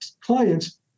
clients